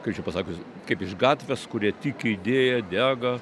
kaip čia pasakius kaip iš gatvės kurie tiki idėja dega